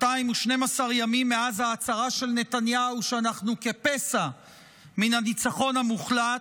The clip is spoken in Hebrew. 212 ימים מאז ההצהרה של נתניהו שאנחנו כפסע מן הניצחון המוחלט,